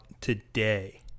today